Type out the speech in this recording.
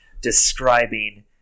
describing